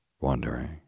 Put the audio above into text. wondering